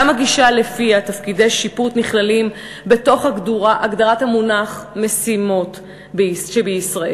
גם הגישה שלפיה תפקידי שיפוט נכללים בהגדרת המונח "משימות שבישראל",